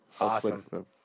Awesome